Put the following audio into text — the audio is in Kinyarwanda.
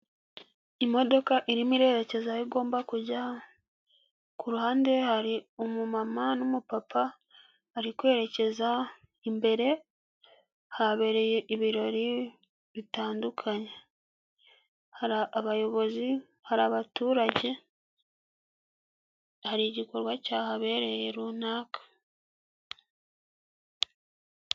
Imodoka irimo irerekeza aho igomba kujya, ku ruhande hari umumama n'umupapa bari kwerekeza imbere, habereye ibirori bitandukanye, hari abayobozi hari abaturage, hari igikorwa cyahabereye runaka.